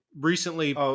recently